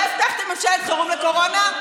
לא הבטחתם ממשלת חירום לקורונה?